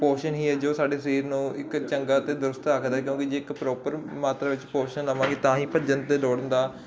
ਪੋਸ਼ਨ ਹੀ ਹੈ ਜੋ ਸਾਡੇ ਸਰੀਰ ਨੂੰ ਇੱਕ ਚੰਗਾ ਅਤੇ ਦਰੁਸਤ ਰੱਖਦਾ ਕਿਉਂਕਿ ਜੇ ਇੱਕ ਪ੍ਰੋਪਰ ਮਾਤਰ ਵਿੱਚ ਪੋਸ਼ਨ ਲਾਵਾਂਗੇ ਤਾਂ ਹੀ ਭੱਜਣ ਤੇ ਦੌੜਨ ਦਾ